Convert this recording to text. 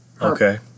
Okay